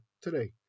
today